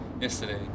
yesterday